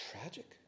tragic